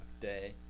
day